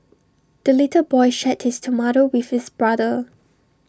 the little boy shared his tomato with his brother